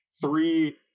three